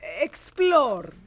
Explore